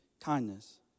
Kindness